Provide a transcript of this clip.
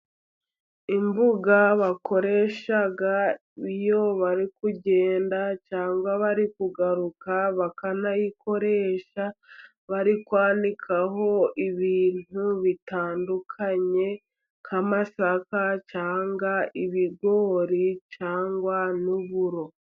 Imbuga bakoresha iyo bari kugenda cyangwa bari kugaruka, bakanayikoresha bari kwanikaho ibintu bitandukanye nk'amasaka, cyangwa ibigori cyangwa n'uburo.